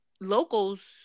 locals